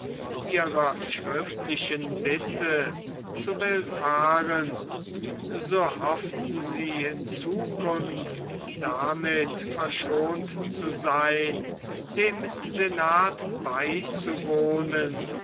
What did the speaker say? ihrer schriftlichen bitte zu willfahren so hofften sie in zukunft damit verschont zu sein dem senat beizuwohnen